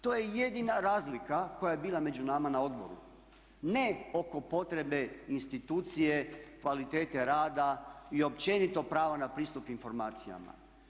To je jedina razlika koja je bila među nama na odboru ne oko potrebe institucije, kvalitete rada i općenito prava na pristup informacijama.